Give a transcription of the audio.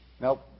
Nope